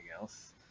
else